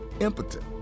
impotent